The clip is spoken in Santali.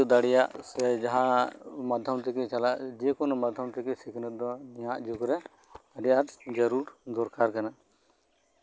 ᱡᱟᱦᱟᱸ ᱞᱮᱠᱟ ᱜᱮ ᱫᱟᱲᱮᱭᱟᱜ ᱥᱮ ᱡᱟᱦᱟᱸ ᱢᱟᱫᱽᱫᱷᱚᱢ ᱛᱮᱜᱮᱢ ᱪᱟᱞᱟᱜ ᱡᱮ ᱠᱳᱱᱳ ᱢᱟᱫᱽᱫᱷᱚᱢ ᱛᱮᱫᱚ ᱱᱟᱦᱟᱜ ᱡᱩᱜᱽᱨᱮ ᱟᱹᱰᱤ ᱟᱸᱴ ᱡᱟᱹᱨᱩᱲ ᱫᱚᱨᱠᱟᱨ ᱠᱟᱱᱟ